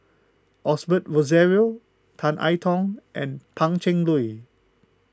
Osbert Rozario Tan I Tong and Pan Cheng Lui